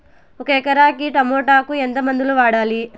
ఒక ఎకరాకి టమోటా కు ఎంత మందులు వాడాలి?